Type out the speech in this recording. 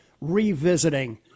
revisiting